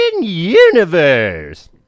universe